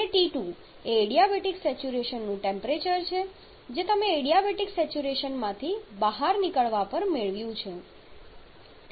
અને T2 એ adiabatic સેચ્યુરેશનનું ટેમ્પરેચર છે જે તમે તે એડીયાબેટિક સેચ્યુરેશનમાંથી બહાર નીકળવા પર મેળવ્યું છે